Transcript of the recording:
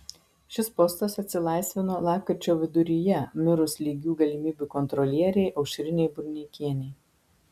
šis postas atsilaisvino lapkričio viduryje mirus lygių galimybių kontrolierei aušrinei burneikienei